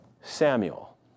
Samuel